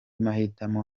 mahitamo